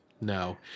no